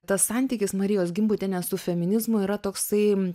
tas santykis marijos gimbutienės su feminizmu yra toksai